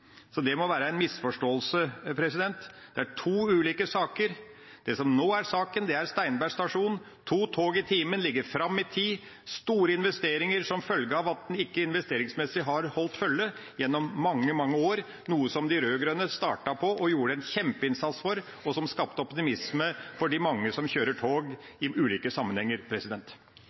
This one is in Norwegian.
Så det må være en misforståelse. Det er to ulike saker. Det som nå er saken, er Steinberg stasjon. To tog i timen ligger fram i tid. Det innebærer store investeringer som følge av at en ikke investeringsmessig har holdt tritt gjennom mange, mange år, noe de rød-grønne startet på og gjorde en kjempeinnsats for, og som skapte optimisme for de mange som kjører tog i ulike sammenhenger.